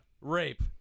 Rape